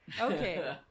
Okay